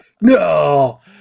no